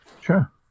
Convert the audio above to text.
Sure